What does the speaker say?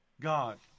God